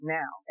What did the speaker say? now